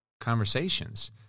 conversations